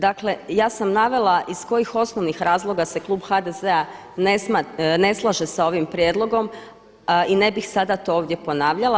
Dakle ja sam navela iz kojih osnovnih razloga se klub HDZ-a ne slaže s ovim prijedlogom i ne bih sada to ovdje ponavljala.